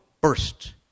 burst